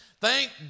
Thank